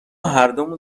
هردومون